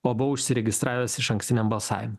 o buvo užsiregistravęs išankstiniam balsavimui